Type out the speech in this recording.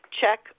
check